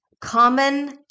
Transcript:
common